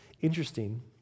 Interesting